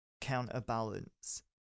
counterbalance